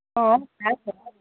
थाह छ